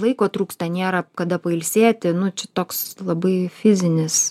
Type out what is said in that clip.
laiko trūksta nėra kada pailsėti nu čia toks labai fizinis